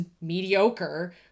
mediocre